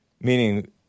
meaning